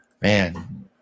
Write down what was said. Man